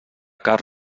car